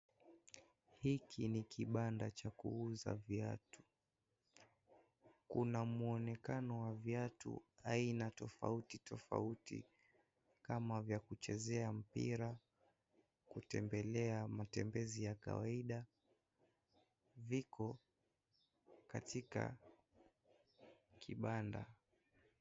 Hiki ni kibanda Cha kuuza viatu, kunamuonekano wa viatu aina tofauti tofauti, kama vya kuchezea mpira, kutembelea matembezi ya kawaida, viko katika kibanda.